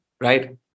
right